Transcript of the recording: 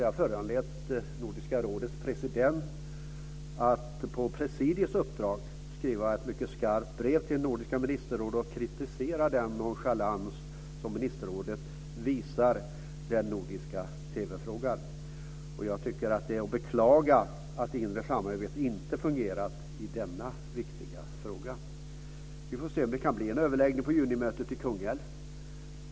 Det har föranlett Nordiska rådets president att på presidiets uppdrag skriva ett mycket skarpt brev till Nordiska ministerrådet och kritisera den nonchalans som ministerrådet visar den nordiska TV-frågan. Jag tycker att det är att beklaga att det inre samarbetet inte har fungerat i denna viktiga fråga. Vi får se om det kan bli en överläggning på junimötet i Kungälv.